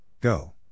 Go